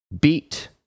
beat